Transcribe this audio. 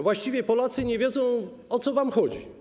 Właściwie Polacy nie wiedzą, o co wam chodzi.